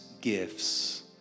gifts